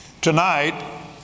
Tonight